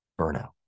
burnout